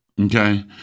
okay